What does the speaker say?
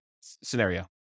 scenario